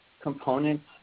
components